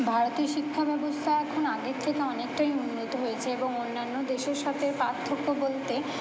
ভারতের শিক্ষাব্যবস্থা এখন আগের থেকে অনেকটাই উন্নত হয়েছে এবং অন্যান্য দেশের সাথে পার্থক্য বলতে